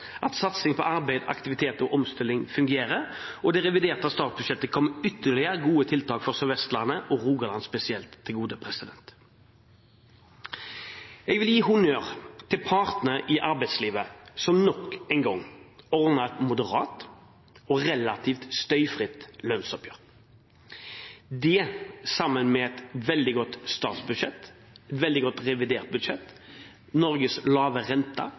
at satsingen på arbeid, aktivitet og omstilling fungerer, og det reviderte statsbudsjettet kom med ytterligere gode tiltak som kommer Sør-Vestlandet og Rogaland spesielt til gode. Jeg vil gi honnør til partene i arbeidslivet som nok en gang ordnet et moderat og relativt støyfritt lønnsoppgjør. Det, sammen med et veldig godt statsbudsjett, veldig godt revidert budsjett, Norges lave